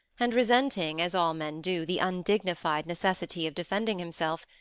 and resenting, as all men do, the undignified necessity of defending himself,